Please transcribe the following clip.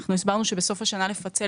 אנחנו הסברנו שבסוף השנה לפצל,